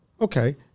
okay